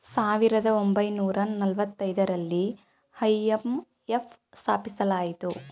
ಸಾವಿರದ ಒಂಬೈನೂರ ನಾಲತೈದರಲ್ಲಿ ಐ.ಎಂ.ಎಫ್ ಸ್ಥಾಪಿಸಲಾಯಿತು